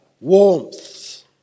warmth